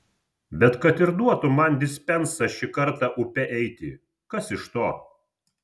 bet kad ir duotų man dispensą šį kartą upe eiti kas iš to